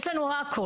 יש לנו הכול,